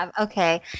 okay